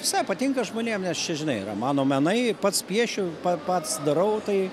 visai patinka žmonėm nes čia žinai yra mano menai pats piešiu pats darau tai